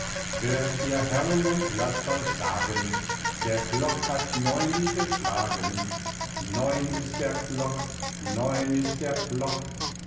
hört ihr herrn und laßt euch sagen der klock hat neuni geschlagen neun ist der klock neun ist der klock